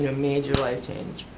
yeah major life change.